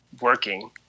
working